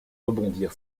rebondir